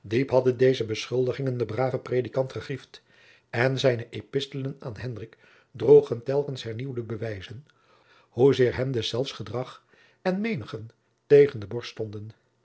deze beschuldigingen den braven predikant gegriefd en zijne epistelen aan hendrik droegen telkens hernieuwde bewijzen hoezeer hem deszelfs gedrag en meeningen tegen de borst